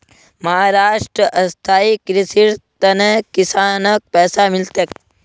महाराष्ट्रत स्थायी कृषिर त न किसानक पैसा मिल तेक